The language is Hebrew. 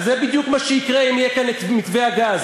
זה בדיוק מה שיקרה אם יהיה כאן מתווה הגז,